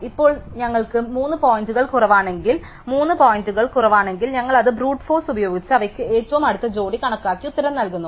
ഇപ്പോൾ ഞങ്ങൾക്ക് 3 പോയിന്റിൽ കുറവാണെങ്കിൽ 3 പോയിന്റുകൾ കുറവാണെങ്കിൽ ഞങ്ങൾ അത് ബ്രൂട്ട ഫോഴ്സ് ഉപയോഗിച്ച് അവയ്ക്ക് ഏറ്റവും അടുത്ത ജോഡി കണക്കാക്കി ഉത്തരം നൽകുന്നു